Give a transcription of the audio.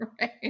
Right